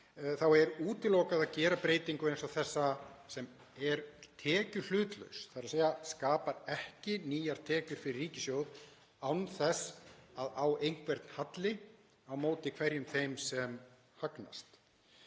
er útilokað að gera breytingu eins og þessa sem er tekjuhlutlaus, þ.e. skapar ekki nýjar tekjur fyrir ríkissjóð án þess að á einhvern halli á móti hverjum þeim sem hagnast.